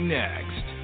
next